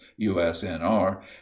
usnr